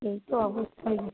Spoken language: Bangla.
সে তো অবশ্যই